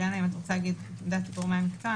אילנה, אם את רוצה להגיד את עמדת גורמי המקצוע?